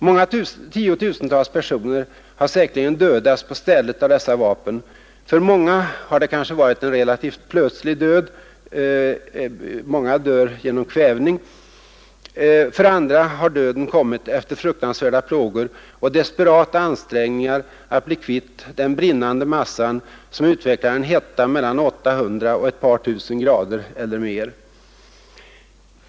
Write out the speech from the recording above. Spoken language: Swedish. Många tiotusental personer har säkerligen dödats på stället av dessa vapen. För många har det kanske varit en relativt plötslig död — många har dött genom kvävning. För andra har döden kommit efter fruktansvärda plågor och desperata ansträngningar att bli kvitt den brinnande massan, som utvecklar en hetta mellan 800 och ett par tusen grader eller mer.